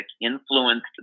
influenced